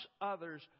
others